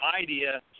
idea